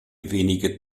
wenige